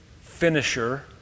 finisher